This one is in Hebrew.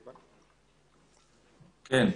כן,